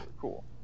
cool